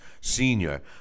senior